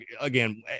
again